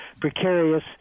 precarious